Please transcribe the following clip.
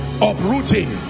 Uprooting